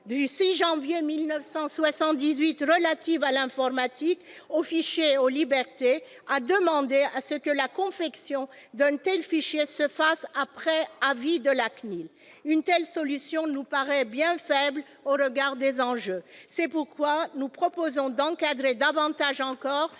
du 6 janvier 1978 relative à l'informatique, aux fichiers et aux libertés, a demandé que la confection d'un tel fichier se fasse après avis de la CNIL. Une telle solution nous paraît bien faible au regard des enjeux. C'est pourquoi nous proposons d'encadrer davantage encore